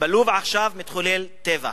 ושם עכשיו מתחולל טבח,